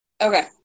Okay